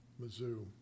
Mizzou